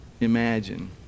imagine